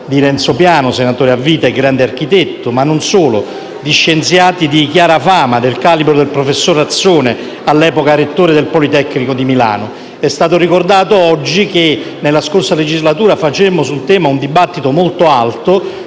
di Renzo Piano, senatore a vita e grande architetto ma non solo, anche di scienziati di chiara fama del calibro del professor Azzone, all'epoca rettore del Politecnico di Milano. È stato ricordato oggi che nella scorsa legislatura facemmo sul tema un dibattito di livello